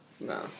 No